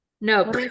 no